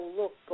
look